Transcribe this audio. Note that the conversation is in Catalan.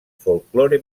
folklore